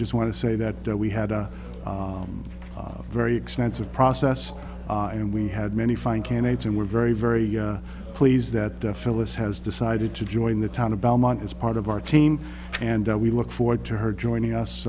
just want to say that we had a very extensive process and we had many fine candidates and we're very very pleased that phyllis has decided to join the town of belmont as part of our team and we look forward to her joining us